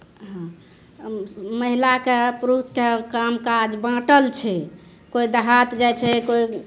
हँ महिलाके पुरुषके काम काज बाँटल छै कोइ देहात जाइ छै कोइ